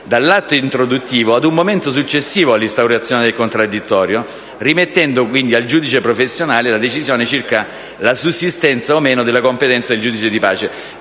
dall'atto introduttivo ad un momento successivo all'instaurazione del contraddittorio, rimettendo quindi al giudice professionale la decisione circa la sussistenza o meno della competenza del giudice di pace.